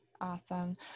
Awesome